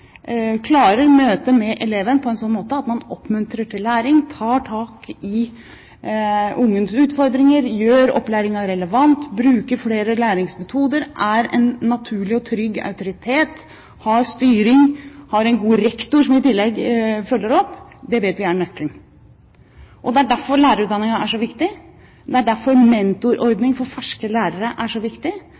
klarer møtet med eleven på en sånn måte at man oppmuntrer til læring, tar tak i ungens utfordringer, gjør opplæringen relevant, bruker flere læringsmetoder, er en naturlig og trygg autoritet, har styring – og at man har en god rektor, som i tillegg følger opp – er nøkkelen. Det er derfor lærerutdanningen er så viktig. Det er derfor mentorordning for ferske lærere er så viktig.